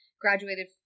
graduated